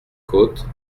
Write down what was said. côte